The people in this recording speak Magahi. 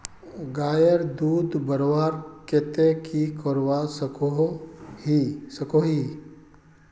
गायेर दूध बढ़वार केते की करवा सकोहो ही?